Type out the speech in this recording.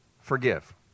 forgive